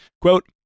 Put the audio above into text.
quote